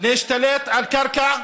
להשתלט על קרקע.